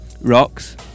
rocks